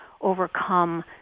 overcome